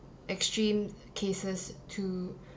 extreme cases to